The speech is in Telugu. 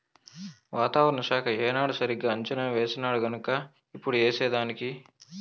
వాతావరణ శాఖ ఏనాడు సరిగా అంచనా వేసినాడుగన్క ఇప్పుడు ఏసేదానికి